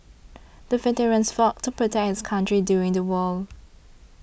the veterans fought to protect his country during the war